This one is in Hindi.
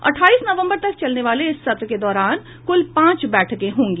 अट्ठाईस नवम्बर तक चलने वाले इस सत्र के दौरान कुल पांच बैठकें होंगी